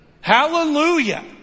Hallelujah